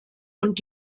und